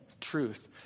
truth